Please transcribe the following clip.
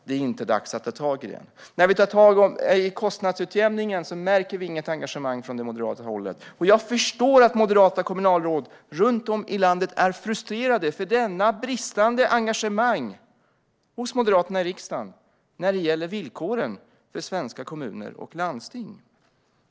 Det är inte dags att ta tag i den. När vi tar tag i kostnadsutjämningen märker vi inget engagemang från det moderata hållet. Och jag förstår att moderata kommunalråd runt om i landet är frustrerade över detta bristande engagemang hos Moderaterna i riksdagen när det gäller villkoren för svenska kommuner och landsting.